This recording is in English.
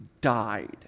died